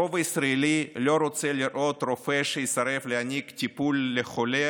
הרוב הישראלי לא רוצה לראות רופא שיסרב להעניק טיפול לחולה,